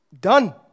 done